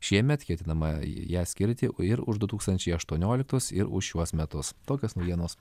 šiemet ketinama ją skirti ir už du tūkstančiai aštuonioliktus ir už šiuos metus tokios naujienos